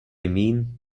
mean